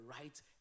right